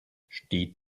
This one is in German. steht